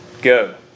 go